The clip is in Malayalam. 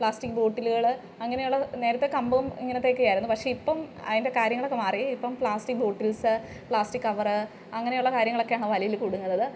പ്ലാസ്റ്റിക് ബോട്ടിലുകൾ അങ്ങനെയുള്ള നേരത്തെ കമ്പും ഇങ്ങനത്തെയൊക്കെ ആയിരുന്നു പക്ഷേ ഇപ്പം അതിൻ്റെ കാര്യങ്ങളൊക്കെ മാറി ഇപ്പം പ്ലാസ്റ്റിക് ബോട്ടിൽസ് പ്ലാസ്റ്റിക് കവറ് അങ്ങനെയുള്ള കാര്യങ്ങളൊക്കെ ആണ് വലയിൽ കുടുങ്ങുന്നത്